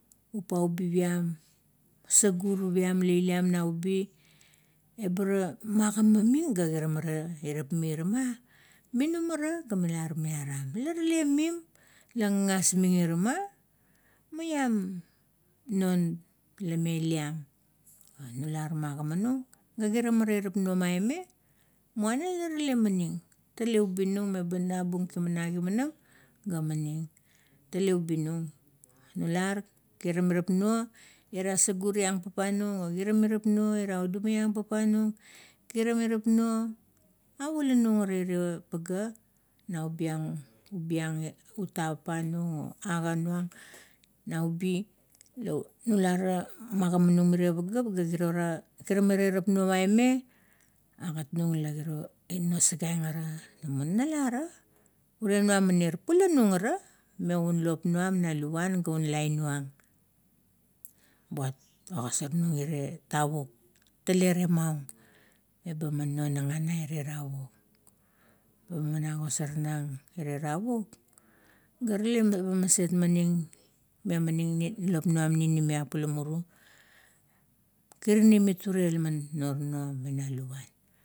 Upau bip iam, sugurup am la iliam nau ubi, ebara magimamin g kiram ara irap mi ira ma, mi num ara ga mila miaram. La rale mim la gasming ira ma. Maiam long la meliam. Nular magamanung ga iram ara irap nuo maime, muana la rale gan maning, tale gan, ubi nung. Nular kiram irap nuo ira sagur iang papanung, o kiram irap nuo ira uduma iang papa nung, kiram irap nuo avulanung ara erie pagea, na ubi ang, ubi ang i ta papa nung, o aga nung na ubi. La nulara magimanung ga kirora agat maime, agat nung la nosagaieng namo nalara, ure nua mani? Paranung ara me maun lop nuam na luvan ga lainung. Buat ogosar nung ira irie tavuk, eba man agosarnang tavuk, ga rale ba maset memaning lop nuam ninimiap ula muru. Kirinim it ure man nurano mena luvan.